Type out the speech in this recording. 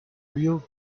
real